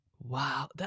Wow